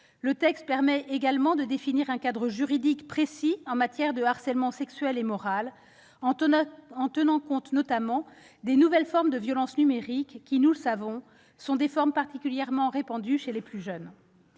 Le texte permet également de définir un cadre juridique précis en matière de harcèlement sexuel et moral, en tenant compte, notamment, des nouvelles formes de violences numériques, qui, nous le savons, sont particulièrement répandues chez les plus jeunes.